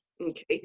okay